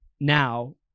now